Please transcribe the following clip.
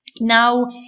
now